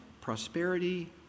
prosperity